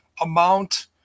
amount